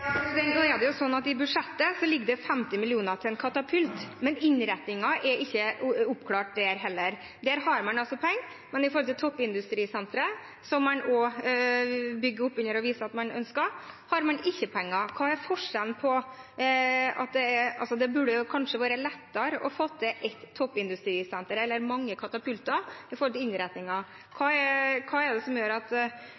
Nå er det jo sånn at i budsjettet ligger det 50 mill. kr til en katapult, men innretningen er ikke oppklart der heller. Der har man altså penger, men når det gjelder toppindustrisenteret, som man også bygger opp under å vise at man ønsker, har man ikke penger. Hva er forskjellen? Det burde jo kanskje være lettere å få til ett toppindustrisenter enn mange katapulter i forhold til innretningen. Hva